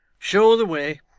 show the way.